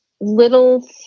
little